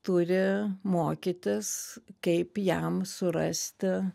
turi mokytis kaip jam surasti